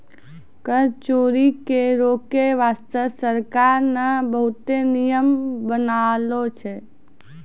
कर चोरी के रोके बासते सरकार ने बहुते नियम बनालो छै